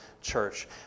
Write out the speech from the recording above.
church